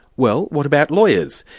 well, what about lawyers?